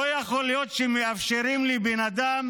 לא יכול להיות שמאפשרים לבן אדם